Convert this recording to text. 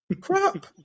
Crap